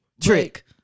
Trick